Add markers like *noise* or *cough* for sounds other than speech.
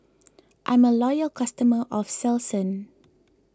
*noise* I'm a loyal customer of Selsun